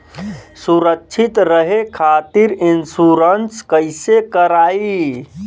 सुरक्षित रहे खातीर इन्शुरन्स कईसे करायी?